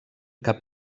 cap